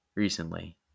recently